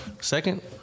Second